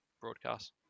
broadcast